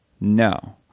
No